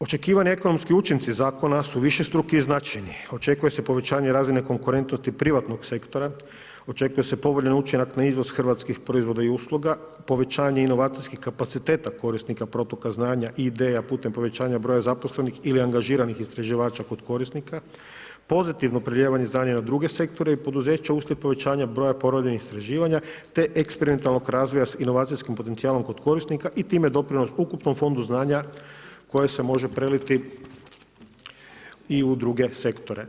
Očekivani ekonomski učinci zakona su višestruki i značajni, očekuje se povećanje razine konkurentnosti privatnog sektora, očekuje se povoljan učinak na izvoz hrvatskih proizvoda i usluga, povećanje inovacijskih kapaciteta korisnika protoka znanja i ideja putem povećanja broja zaposlenih ili angažiranih istraživača kod korisnika, pozitivno prilijevanje znanja na druge sektore i poduzeća uslijed povećanja broja ponovljenih istraživanja te eksperimentalnog razvoja sa inovacijskim potencijalom kod korisnika i time doprinos ukupnog fondu znanja koje se može preliti i u druge sektore.